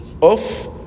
off